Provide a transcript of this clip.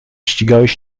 ścigałeś